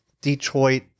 Detroit